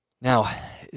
Now